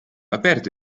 aperto